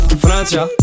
Francia